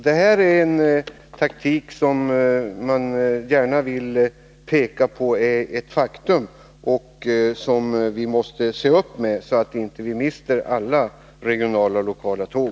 Denna taktik är ett faktum, som vi måste se upp med, så att vi inte mister alla regionala lokala tåg.